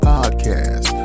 Podcast